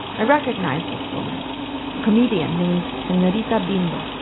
i recognized this woman a comedian named senorita bimbo.